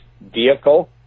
vehicle